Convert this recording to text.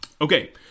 Okay